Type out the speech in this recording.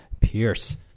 Pierce